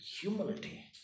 humility